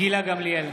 גילה גמליאל,